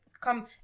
come